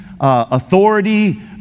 authority